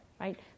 right